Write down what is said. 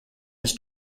his